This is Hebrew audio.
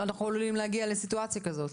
אנחנו עלולים להגיע לסיטואציה כזאת?